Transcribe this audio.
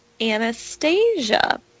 Anastasia